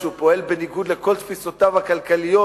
שהוא פועל בניגוד לכל תפיסותיו הכלכליות